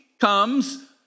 comes